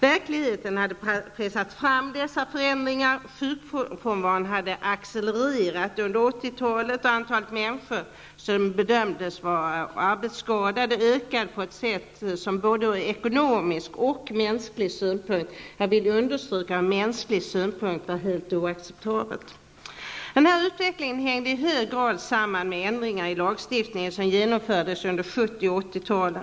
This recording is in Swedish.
Verkligheten hade pressat fram dessa förändringar. Sjukfrånvaron hade accelererat under 80-talet, och antalet människor som bedömdes vara arbetsskadade ökade på ett sätt som både ur ekonomisk och mänsklig synpunkt -- och jag vill understryka mänsklig synpunkt -- var helt oacceptabelt. Den här utvecklingen hängde i hög grad samman med ändringar i lagstiftningen som genomfördes under 70 och 80-talen.